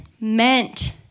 meant